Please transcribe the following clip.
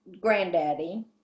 granddaddy